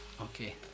Okay